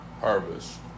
harvest